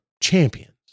champions